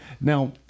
now